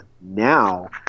now